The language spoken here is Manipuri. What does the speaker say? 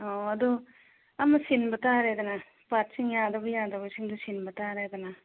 ꯑꯣ ꯑꯗꯨ ꯑꯃ ꯁꯤꯟꯕ ꯇꯥꯔꯦꯗꯅ ꯄꯥꯠꯁꯤꯡ ꯌꯥꯗꯕ ꯌꯥꯗꯕꯁꯤꯡꯗꯨ ꯁꯤꯟꯕ ꯇꯥꯔꯦꯗꯅ